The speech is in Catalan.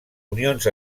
unions